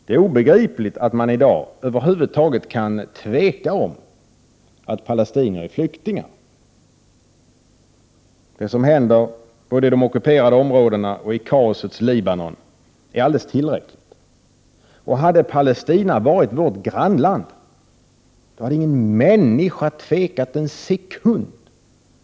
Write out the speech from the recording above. Det är obegripligt att mani dag över huvud taget kan tveka om att palestinier är flyktingar. Det som händer i de ockuperade områdena och kaosets Libanon är alldeles tillräckligt. Hade Palestina varit vårt grannland, hade inga människor tvekat en sekund.